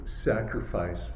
sacrifice